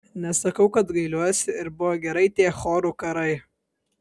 nesakau kad gailiuosi ir buvo gerai tie chorų karai